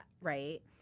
right